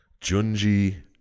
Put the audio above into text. Junji